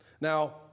Now